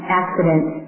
accident